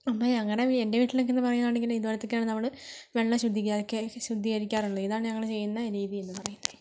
അങ്ങനെ എൻ്റെ വീട്ടിലക്കേന്ന് പറയുവാണെങ്കില് ഇതുപോലത്തെ ഒക്കെയാണ് നമ്മള് വെള്ളം ശുദ്ധിക്യ ശുദ്ധീകരിക്കാറൊള്ളെ ഇതാണ് ഞങ്ങള് ചെയ്യുന്ന രീതി എന്ന് പറയുന്നത്